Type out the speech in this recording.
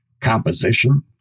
composition